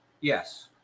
Yes